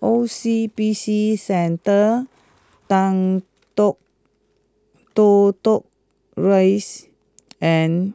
O C B C Centre Toh Tuck Rise and